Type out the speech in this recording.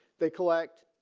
they collect